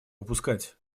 упускать